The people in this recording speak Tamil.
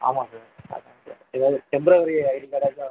ஆமாம் சார் அதான் சார் எதாவது டெம்பரவரி ஐடி கார்டாச்சும்